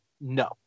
No